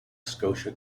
scotia